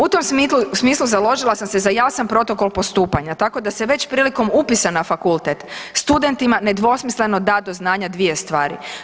U tom smislu založila sam se za jasan protokol postupanja tako da se već prilikom upisa na fakultet studentima nedvosmisleno da do znanja dvije stvari.